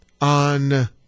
on